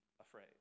afraid